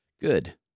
Good